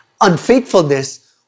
Unfaithfulness